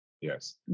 Yes